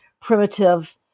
primitive